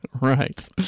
Right